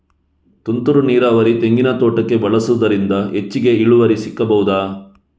ತುಂತುರು ನೀರಾವರಿ ತೆಂಗಿನ ತೋಟಕ್ಕೆ ಬಳಸುವುದರಿಂದ ಹೆಚ್ಚಿಗೆ ಇಳುವರಿ ಸಿಕ್ಕಬಹುದ?